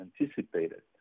anticipated